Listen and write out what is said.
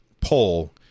poll